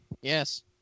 Yes